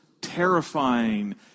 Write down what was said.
terrifying